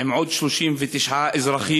עם עוד 39 אזרחים,